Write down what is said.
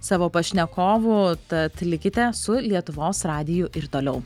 savo pašnekovų tad likite su lietuvos radiju ir toliau